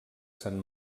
sant